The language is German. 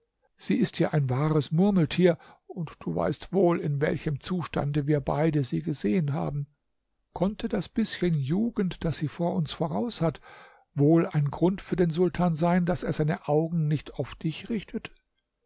sie ist ja ein wahres murmeltier und du weißt wohl in welchem zustande wir beide sie gesehen haben konnte das bißchen jugend das sie vor uns voraus hat wohl ein grund für den sultan sein daß er seine augen nicht auf dich richtete